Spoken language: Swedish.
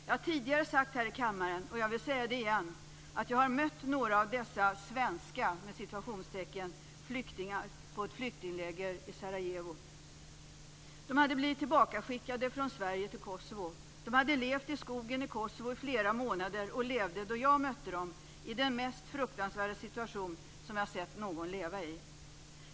Jag har tidigare sagt här i kammaren, och jag vill säga det igen, att jag har mött några av dessa De hade blivit tillbakaskickade från Sverige till Kosovo. De hade levt i skogen i Kosovo i flera månader och levde då jag mötte dem i den mest fruktansvärda situation som jag sett någon leva i.